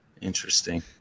Interesting